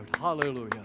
Hallelujah